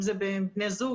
אם זה בין בני זוג,